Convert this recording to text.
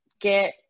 get